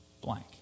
blank